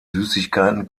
süßigkeiten